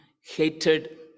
hated